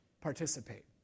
participate